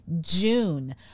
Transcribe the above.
june